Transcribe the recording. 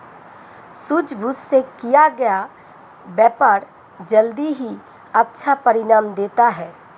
सूझबूझ से किया गया व्यापार जल्द ही अच्छा परिणाम देता है